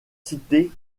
citée